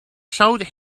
showed